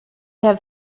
have